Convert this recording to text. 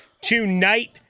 tonight